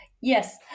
Yes